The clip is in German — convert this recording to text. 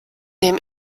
dem